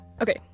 Okay